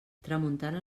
tramuntana